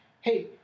Hey